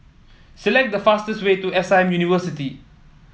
select the fastest way to S I University